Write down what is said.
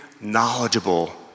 knowledgeable